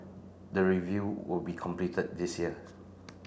the review will be completed this year